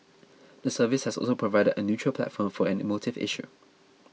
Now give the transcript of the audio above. the service has also provided a neutral platform for an emotive issue